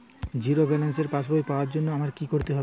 Zero ব্যালেন্সের পাসবই পাওয়ার জন্য আমায় কী করতে হবে?